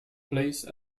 place